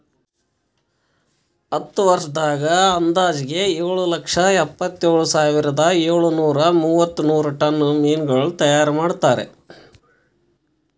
ಹತ್ತು ವರ್ಷದಾಗ್ ಅಂದಾಜಿಗೆ ಏಳು ಲಕ್ಷ ಎಪ್ಪತ್ತೇಳು ಸಾವಿರದ ಏಳು ನೂರಾ ಮೂವತ್ಮೂರು ಟನ್ ಮೀನಗೊಳ್ ತೈಯಾರ್ ಮಾಡ್ತಾರ